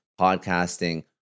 podcasting